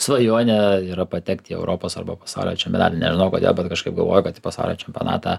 svajonė yra patekti į europos arba pasaulio čempionatą nežinau kodėl bet kažkaip galvoju kad į pasaulio čempionatą